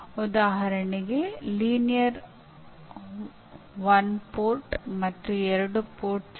ಉದಾಹರಣೆಗೆ ಈ ಪ್ರಕ್ರಿಯೆಯಲ್ಲಿ ಟ್ಯುಟೋರಿಯಲ್ ಸಹಾಯ ಮಾಡುತ್ತದೆ